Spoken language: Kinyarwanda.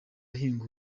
ahinga